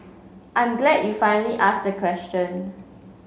I'm glad you finally asked a question